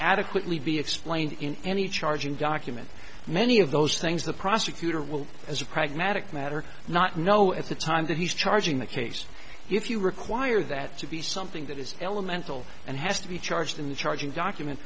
adequately be explained in any charging document many of those things the prosecutor will as a pragmatic matter not know at the time that he's charging the case if you require that to be something that is elemental and has to be charged in the charging document